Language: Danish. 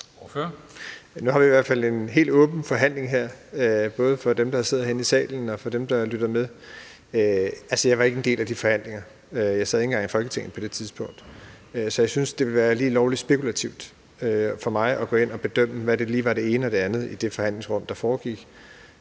Nu har vi i hvert fald en helt åben forhandling her, både over for dem, der sidder her i salen, og over for dem, der lytter med. Jeg var ikke en del af de forhandlinger. Jeg sad ikke engang i Folketinget på det tidspunkt, så jeg synes, det ville være lige lovlig spekulativt for mig at gå ind og bedømme, hvad der lige var det ene og det andet i det forhandlingsrum, hvor det foregik.